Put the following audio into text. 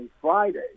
Friday